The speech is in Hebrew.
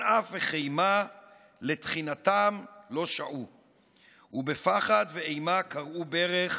אף וחמה / לתחינתם לא שעו / ובפחד ובאימה / כרעו ברך